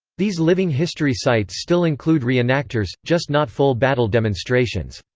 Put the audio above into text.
these living history sites still include re-enactors just not full battle demonstrations.